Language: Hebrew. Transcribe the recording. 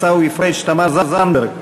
עיסאווי פריג' ותמר זנדברג,